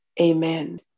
Amen